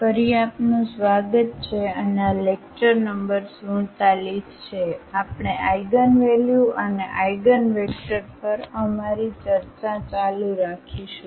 ફરી આપનું સ્વાગત છે અને આ લેક્ચર નંબર 47 છે આપણે આઇગનવેલ્યુ અને આઇગનવેક્ટર પર અમારી ચર્ચા ચાલુ રાખીશું